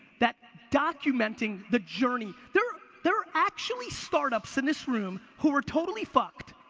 that documenting the journey. there there are actually startups in this room who are totally fucked.